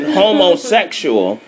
homosexual